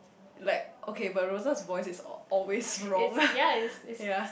like okay but Rose's voice is always wrong ya